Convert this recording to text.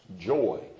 Joy